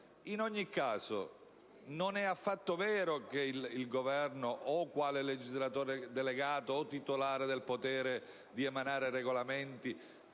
In ogni caso, non è vero che il Governo, quale legislatore delegato o titolare del potere di emanare regolamenti,